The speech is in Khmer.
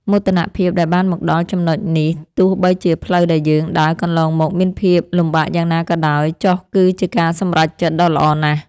មោទនភាពដែលបានមកដល់ចំណុចនេះទោះបីជាផ្លូវដែលយើងដើរកន្លងមកមានភាពលំបាកយ៉ាងណាក៏ដោយចុះគឺជាការសម្រេចចិត្តដ៏ល្អណាស់។